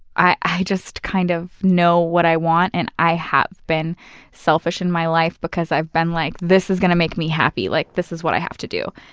i i just, kind of, know what i want, and i have been selfish in my life because i've been like, this is gonna make me happy. like this is what i have to do.